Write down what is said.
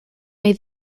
may